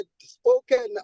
spoken